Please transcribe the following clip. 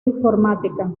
informática